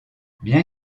bien